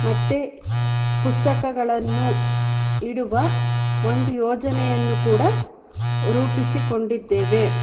ಮತ್ತೆ ಪುಸ್ತಕಗಳನ್ನು ಇಡುವ ಒಂದು ಯೋಜನೆಯನ್ನು ಕೂಡ ರೂಪಿಸಿಕೊಂಡಿದ್ದೇವೆ